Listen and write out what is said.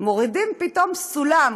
מורידים פתאום סולם,